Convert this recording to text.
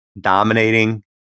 dominating